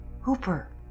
Hooper